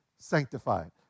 sanctified